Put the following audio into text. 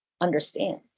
understand